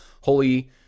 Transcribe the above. Holy